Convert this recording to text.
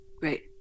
Great